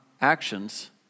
actions